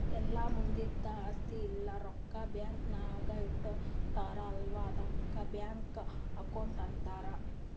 ಎಲ್ಲಾ ಮಂದಿದ್ ಆಸ್ತಿ ಇಲ್ಲ ರೊಕ್ಕಾ ಬ್ಯಾಂಕ್ ನಾಗ್ ಇಟ್ಗೋತಾರ್ ಅಲ್ಲಾ ಆದುಕ್ ಬ್ಯಾಂಕ್ ಅಕೌಂಟ್ ಅಂತಾರ್